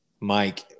Mike